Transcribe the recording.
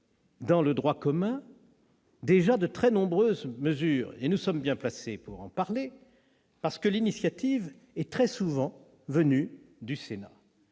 dans le droit commun de très nombreuses mesures. Nous sommes bien placés pour en parler, parce que l'initiative est très souvent venue du Sénat.